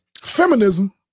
feminism